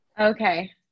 Okay